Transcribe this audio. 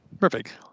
Perfect